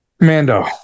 Mando